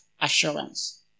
assurance